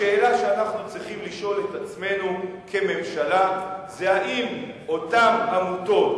השאלה שאנחנו צריכים לשאול את עצמנו כממשלה זה אם אותן עמותות,